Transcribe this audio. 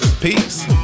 peace